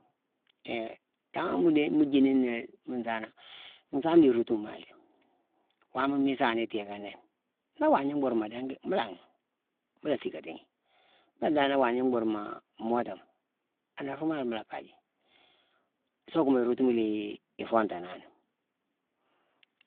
yanghangh mu né mu jiini ni né muu nsaana, nsaame di irootuma lé. Waama mu isaana itééka nini. Ni waagna mbur mo dingi ma langhi, mu la sickatighi, mbéle dan ni waagna mbur mo mootama, anda ruuma la mu la kaji. Soo kuma irootuma la ii ifontuna ni.